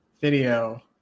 video